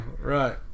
right